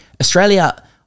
Australia